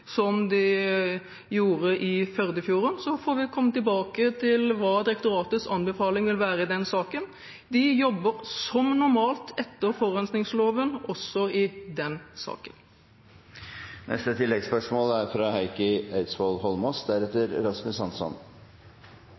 som de gjorde for Førdefjorden. Så får vi komme tilbake til hva direktoratets anbefaling vil være i den saken. De jobber som normalt etter forurensningsloven også i den saken. Heikki Eidsvoll Holmås – til oppfølgingsspørsmål. Førdefjorden er